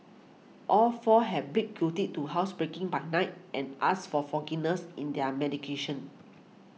all four have pick guilty to housebreaking by night and asked for forgiveness in their mitigation